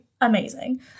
Amazing